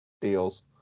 deals